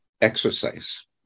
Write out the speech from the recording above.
exercise